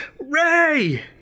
Ray